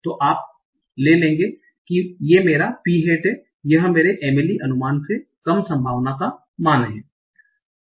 तो आप ले लेंगे कि मेरा P Hat है यह मेरे MLE अनुमान से कम संभावना का मान है